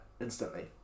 instantly